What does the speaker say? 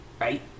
right